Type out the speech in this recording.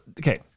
okay